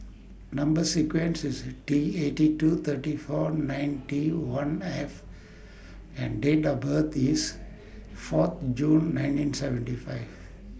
Number sequence IS T eighty two thirty four ninety one F and Date of birth IS four June nineteen seventy five